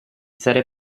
sarai